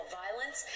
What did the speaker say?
violence